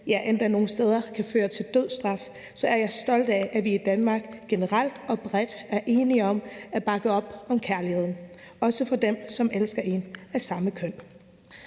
ja, nogle steder kan det endda føre til dødsstraf, så er jeg stolt af, at vi i Danmark generelt og bredt er enige om at bakke op om kærligheden, også for dem, som elsker en og har samme køn.